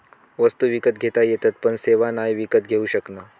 वस्तु विकत घेता येतत पण सेवा नाय विकत घेऊ शकणव